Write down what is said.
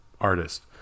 artist